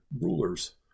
rulers